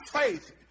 faith